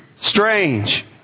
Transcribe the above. strange